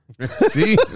See